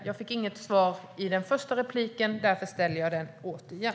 Jag fick inget svar i den första repliken; därför ställer jag frågan igen.